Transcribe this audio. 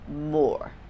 more